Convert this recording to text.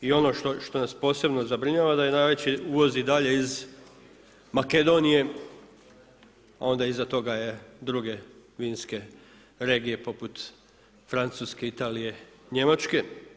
I ono što nas posebno zabrinjava da je najveći uvoz i dalje iz Makedonije a onda iza toga je druge vinske regije poput Francuske, Italije, Njemačke.